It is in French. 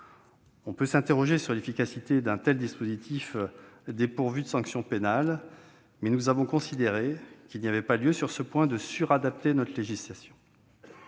On peut s'interroger sur l'efficacité d'un tel dispositif dépourvu de sanction pénale, mais nous avons considéré qu'il n'y avait pas lieu sur ce point de « suradapter » notre législation.